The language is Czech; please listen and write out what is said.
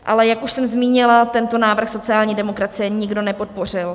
Ale jak už jsem zmínila, tento návrh sociální demokracie nikdo nepodpořil.